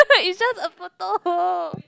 is just a photo